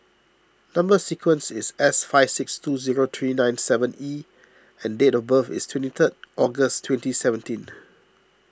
Number Sequence is S five six two zero three nine seven E and date of birth is twenty third August twenty seventeen